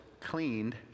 cleaned